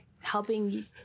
helping